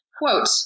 Quote